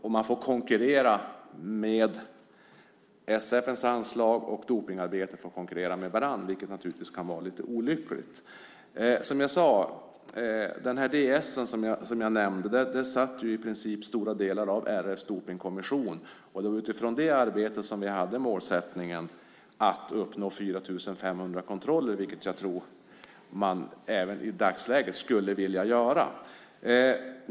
Specialförbundens anslag och anslag till dopningsarbetet får konkurrera med varandra, vilket naturligtvis kan vara lite olyckligt. Jag nämnde departementsskrivelsen. Stora delar av RF:s dopningskommission var med där. Det var utifrån det arbetet som vi hade målet att uppnå 4 500 kontroller, vilket jag tror att man även i dagsläget skulle vilja göra.